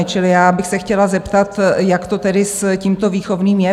Čili já bych se chtěla zeptat, jak to tedy s tímto výchovným je?